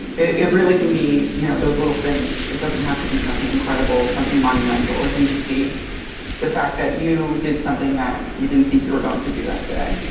it it really can be, you know those little things. it doesn't have to be something incredible, something monumental. it can just be the fact that you did something that you didn't think you were going to do that day.